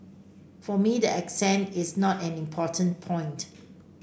for me the accent is not an important point